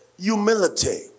humility